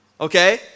okay